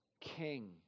king